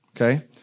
Okay